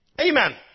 Amen